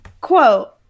quote